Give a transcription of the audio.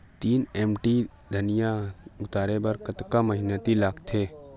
तीन एम.टी धनिया उतारे बर कतका मेहनती लागथे?